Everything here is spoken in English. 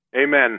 Amen